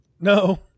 No